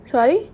sorry